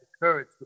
courage